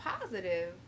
positive